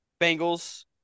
Bengals